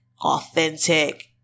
authentic